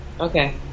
Okay